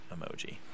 emoji